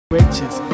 Riches